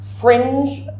fringe